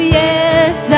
yes